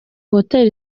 hoteli